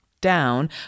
down